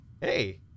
Hey